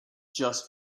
just